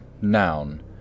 Noun